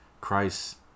Christ